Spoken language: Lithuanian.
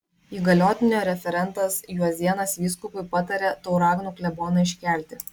įgaliotinio referentas juozėnas vyskupui patarė tauragnų kleboną iškelti